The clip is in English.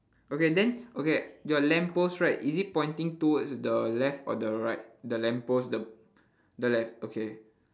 okay then okay your lamppost right is it pointing towards the left or the right the lamppost the the left okay